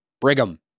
Brigham